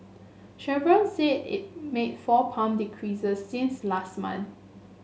Chevron said it made four pump decreases since last month